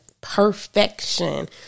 perfection